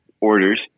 orders